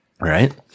right